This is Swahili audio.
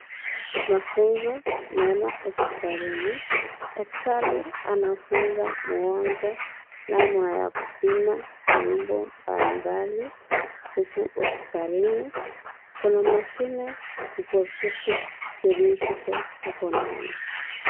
Mafunzo mema hospitalini, daktari anafunza mgonjwa namna ya kupima viungo mbali mbali huku hospitalini kuna mashine kubwa kubwa zilizo hapo ndani.